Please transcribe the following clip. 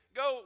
go